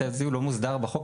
זה לא מוסדר בחוק,